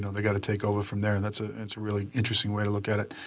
they gotta take over from there. and that's a and so really interesting way to look at it.